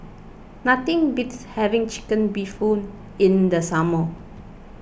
nothing beats having Chicken Bee Hoon in the summer